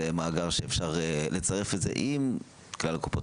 זה מאגר שאפשר לצרף את זה עם כלל קופות